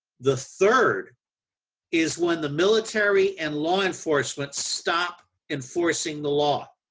the third is when the military and law enforcement stop enforcing the law